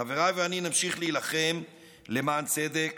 חבריי ואני נמשיך להילחם למען צדק